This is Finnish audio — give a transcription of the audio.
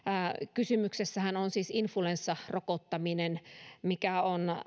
kysymyksessähän on siis influenssarokottaminen josta on